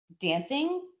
dancing